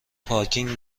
پارکینگ